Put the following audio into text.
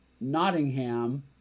Nottingham